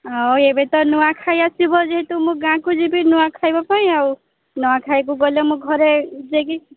ଆଉ ଏବେ ତ ନୂଆଖାଇ ଆସିବ ଯେହେତୁ ମୁଁ ଗାଁକୁ ଯିବି ନୂଆ ଖାଇବା ପାଇଁ ଆଉ ନୂଆ ଖାଇକୁ ଗଲେ ମୁଁ ଘରେ ଯାଇକି